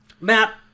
Matt